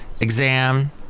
Exam